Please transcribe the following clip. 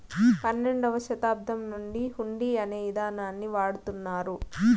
పన్నెండవ శతాబ్దం నుండి హుండీ అనే ఇదానాన్ని వాడుతున్నారు